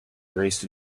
raced